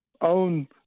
own